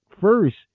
first